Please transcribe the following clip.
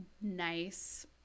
nice